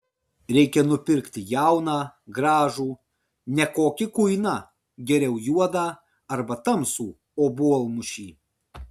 reikia nupirkti jauną gražų ne kokį kuiną geriau juodą arba tamsų obuolmušį